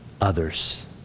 others